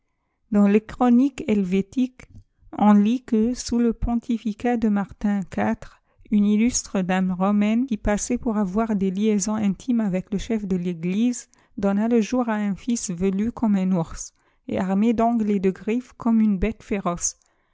dans les chroniques helvétiques on lit que sous le pontificat de martin iv une illustre dame romaine qui passait pour avcnr des liaisons intimes avec le chef de l'eglise donna le jour à un fils velu comme un ours et armé d'ongles et de griffes comme une bête féroce